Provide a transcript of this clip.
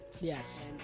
Yes